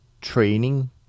training